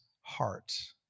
heart